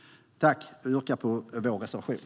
Jag yrkar bifall till vår reservation.